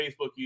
Facebook